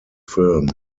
film